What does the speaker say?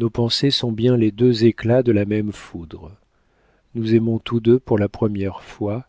nos pensées sont bien les deux éclats de la même foudre nous aimons tous deux pour la première fois